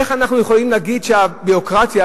איך יכולים להגיד שהביורוקרטיה,